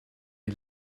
die